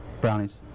Brownies